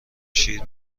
شیر